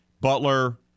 Butler